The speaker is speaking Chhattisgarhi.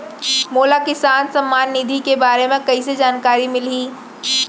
मोला किसान सम्मान निधि के बारे म कइसे जानकारी मिलही?